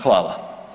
Hvala.